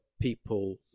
people